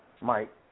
Mike